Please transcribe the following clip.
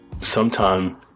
sometime